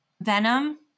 venom